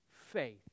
faith